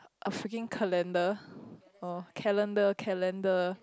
a freaking calendar oh calendar calendar